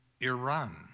Iran